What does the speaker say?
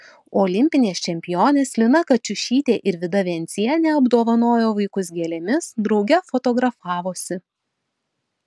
olimpinės čempionės lina kačiušytė ir vida vencienė apdovanojo vaikus gėlėmis drauge fotografavosi